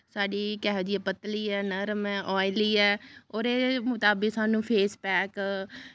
साढ़ी कैहो जेही ऐ पतली नर्म ऐ आयली ऐ होर एह्दे मताबक साूनं फेस पैक